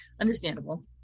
understandable